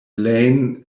layne